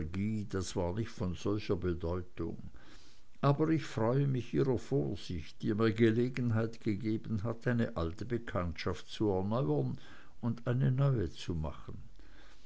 das war nicht von solcher bedeutung aber ich freue mich ihrer vorsicht die mir gelegenheit gegeben hat eine alte bekanntschaft zu erneuern und eine neue zu machen